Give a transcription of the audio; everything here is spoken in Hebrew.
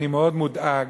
אני מאוד מודאג